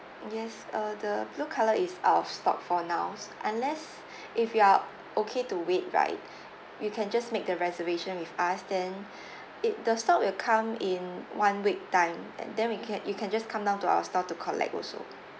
mm yes uh the blue colour is out of stock for now s~ unless if you are okay to wait right you can just make the reservation with us then it the stock will come in one week time and then we can you can just come down to our store to collect also